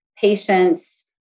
Patients